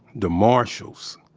the marshals.